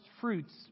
fruits